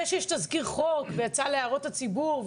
זה שיש תזכיר חוק ויצא להערות הציבור,